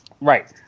right